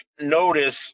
notice